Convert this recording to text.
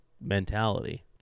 mentality